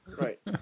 right